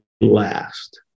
last